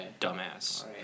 Dumbass